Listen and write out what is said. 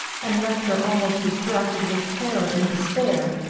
and left her almost distracted with terror and despair,